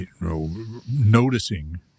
noticing